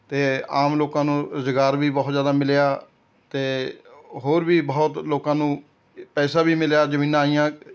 ਅਤੇ ਆਮ ਲੋਕਾਂ ਨੂੰ ਰੁਜ਼ਗਾਰ ਵੀ ਬਹੁਤ ਜ਼ਿਆਦਾ ਮਿਲਿਆ ਅਤੇ ਹੋਰ ਵੀ ਬਹੁਤ ਲੋਕਾਂ ਨੂੰ ਪੈਸਾ ਵੀ ਮਿਲਿਆ ਜ਼ਮੀਨਾਂ ਆਈਆਂ